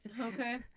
Okay